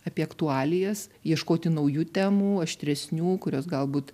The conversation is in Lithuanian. apie aktualijas ieškoti naujų temų aštresnių kurios galbūt